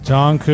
John